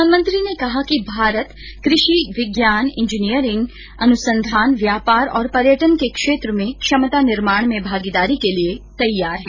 प्रधानमंत्री ने कहा कि भारत कृषि विज्ञान इंजीनियरिंग अनुसंधान व्यापार और पर्यटन के क्षेत्र में क्षमता निर्माण में भागीदारी के लिए तैयार है